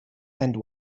and